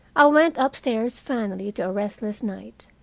i went upstairs finally to a restless night,